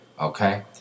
Okay